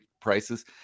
prices